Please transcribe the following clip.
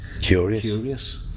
curious